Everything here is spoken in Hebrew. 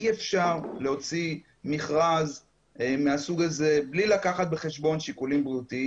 אי אפשר להוציא מכרז מהסוג הזה בלי לקחת בחשבון שיקולים בריאותיים.